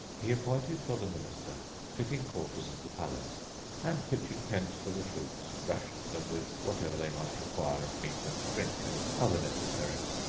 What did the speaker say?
he appointed for the minister fitting quarters of the palace and, pitching tents for the troops, rationed them with whatever they might require of meat and drink and other necessaries.